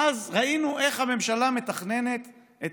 ואז ראינו איך הממשלה מתכננת את